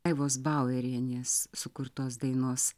evos bauerienės sukurtos dainos